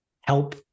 help